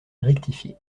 rectifié